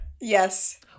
Yes